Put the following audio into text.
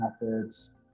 methods